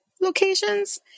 locations